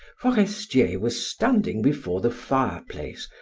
forestier was standing before the fireplace,